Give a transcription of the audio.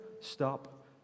stop